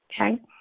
Okay